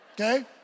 Okay